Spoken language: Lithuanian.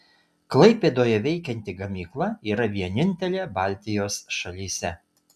klaipėdoje veikianti gamykla yra vienintelė baltijos šalyse